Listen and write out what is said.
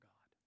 God